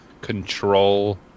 Control